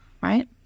right